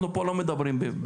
אנחנו פה לא מדברים במיליארדים,